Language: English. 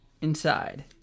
inside